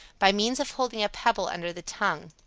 by means of holding a pebble under the tongue.